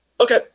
Okay